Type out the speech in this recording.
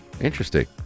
Interesting